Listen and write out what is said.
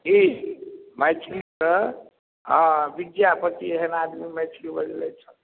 की मैथिली कऽ हँ विद्यापति एहन आदमी मैथलियो बजलथि हँ